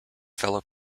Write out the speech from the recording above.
fellow